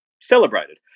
celebrated